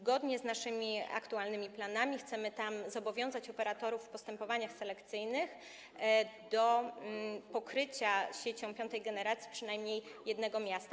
Zgodnie z naszymi aktualnymi planami chcemy zobowiązać operatorów w postępowaniach selekcyjnych do pokrycia siecią piątej generacji przynajmniej jednego miasta.